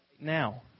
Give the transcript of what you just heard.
now